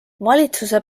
valitsuse